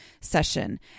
session